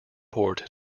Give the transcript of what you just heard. port